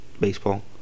baseball